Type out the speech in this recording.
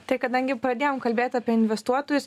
tai kadangi pradėjom kalbėt apie investuotojus